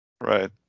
Right